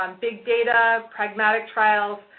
um big data, pragmatic trials,